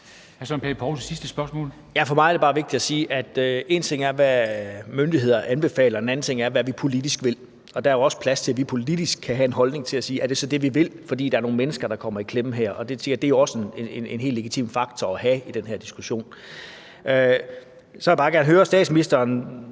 Søren Pape Poulsen (KF): For mig er det bare vigtigt at sige, at én ting er, hvad myndigheder anbefaler. En anden ting er, hvad vi politisk vil. Og der er jo også plads til, at vi politisk kan have en holdning og sige: Er det så det, vi vil? For der er nogle mennesker, der kommer i klemme her. Og det er også en helt legitim faktor at have i den her diskussion. Så vil jeg bare gerne høre statsministeren